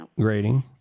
Grading